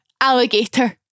alligator